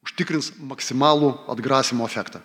užtikrins maksimalų atgrasymo efektą